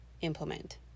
implement